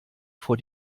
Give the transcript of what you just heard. vor